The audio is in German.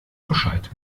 bescheid